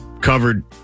covered